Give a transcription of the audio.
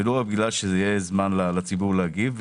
ולו רק כדי שיהיה זמן לציבור להגיב.